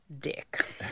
dick